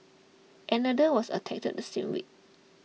another was attacked the same week